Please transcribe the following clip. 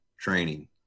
training